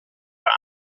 rana